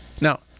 Now